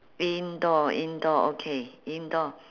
indoor indoor okay indoor